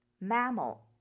Mammal